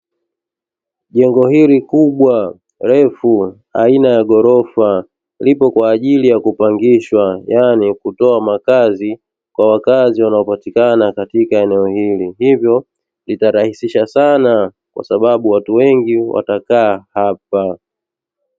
Jengo hili kubwa refu aina ya ghorofa lipo kwa ajili ya kupangishwa yaani kutoa makazi kwa wakazi wanaopatikana katika eneo hilo hivyo litarahisisha sana kwa sababu watu wengi watakaa hapa.